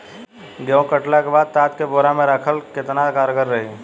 गेंहू कटला के बाद तात के बोरा मे राखल केतना कारगर रही?